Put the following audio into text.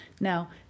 Now